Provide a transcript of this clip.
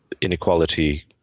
inequality